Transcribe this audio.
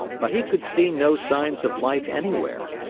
but he could see no signs of life anywhere.